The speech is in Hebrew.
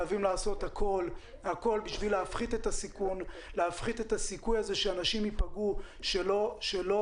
חייבים לעשות הכול בשביל להפחית את הסיכון שאנשים ייפגעו שלא